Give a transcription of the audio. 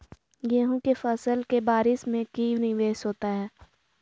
गेंहू के फ़सल के बारिस में की निवेस होता है?